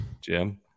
Jim